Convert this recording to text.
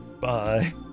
Bye